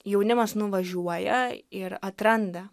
jaunimas nuvažiuoja ir atranda